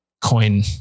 coin